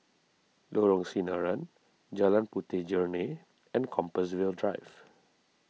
Lorong Sinaran Jalan Puteh Jerneh and Compassvale Drive